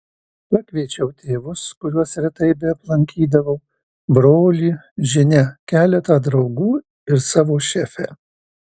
pakviečiau tėvus kuriuos retai beaplankydavau brolį žinia keletą draugų ir savo šefę